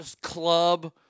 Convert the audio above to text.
club